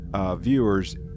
Viewers